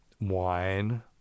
wine